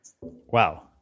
Wow